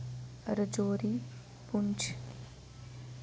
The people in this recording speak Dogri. राजोरी पुंछ